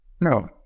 No